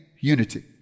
unity